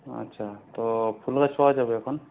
আচ্ছা তো ফুল গাছ পাওয়া যাবে এখন